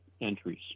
entries